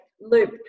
loop